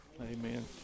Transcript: Amen